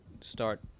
start